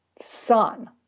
son